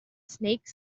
snake